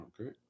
Okay